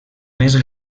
més